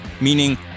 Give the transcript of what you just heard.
meaning